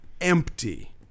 empty